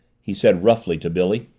he said roughly to billy.